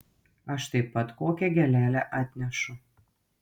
aš taip pat kokią gėlelę atnešu